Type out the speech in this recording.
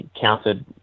counted